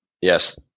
Yes